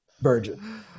virgin